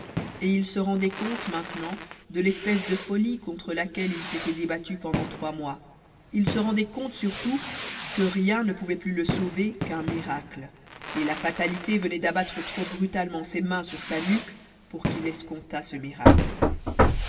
et il se rendait compte maintenant de l'espèce de folie contre laquelle il s'était débattu pendant trois mois il se rendait compte surtout que rien ne pouvait plus le sauver qu'un miracle et la fatalité venait d'abattre trop brutalement ses mains sur sa nuque pour qu'il escomptât ce miracle